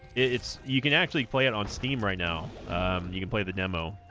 its you can actually play it on steam right now you can play the demo